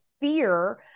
fear